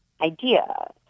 idea